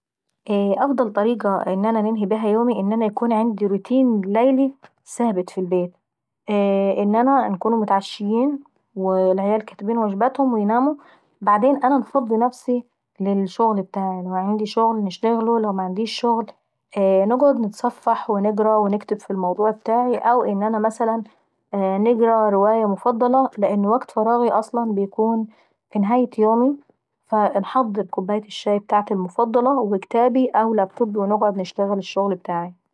ايه افضل طريقة ان انا ننهي بيها يومي ان انا يكون عندي روتين ليلي ثابت في البيت. ان انا نكون متعشيين والعيال يكونوا كاتبين واجباتهم ويناموا، وبعدين انا نفضي نفسي للشغل ابتاعي لو عندي شغل نشتغله ولو معنديش نقعد نتصفح ونقرا ونكتب في الموضوع ابتاعي، او ان انا نقرا مثلا رواية مفضلة، لان وكت فراغي اصلا بيكون في نهاية يومي. فانحضر كوباية الشاي المفضلة وكتابي او لاب توبي ونقعد نشتغل الشغل ابتاعاي.